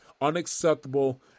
Unacceptable